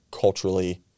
culturally